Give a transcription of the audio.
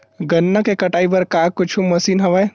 गन्ना के कटाई बर का कुछु मशीन हवय?